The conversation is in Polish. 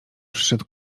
przyszedł